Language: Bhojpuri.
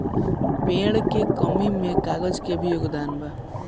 पेड़ के कमी में कागज के भी योगदान बा